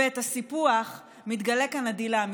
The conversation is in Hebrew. ואת הסיפוח, מתגלה כאן הדיל האמיתי.